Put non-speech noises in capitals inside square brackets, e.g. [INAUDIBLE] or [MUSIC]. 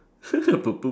[LAUGHS] [NOISE]